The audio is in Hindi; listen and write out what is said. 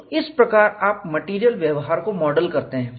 तो इस प्रकार आप मटेरियल व्यवहार को मॉडल करते हैं